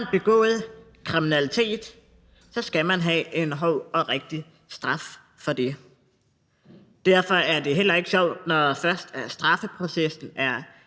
Har man begået kriminalitet, skal man have en hård og den rigtige straf for det. Derfor er det heller ikke sjovt, når først straffeprocessen er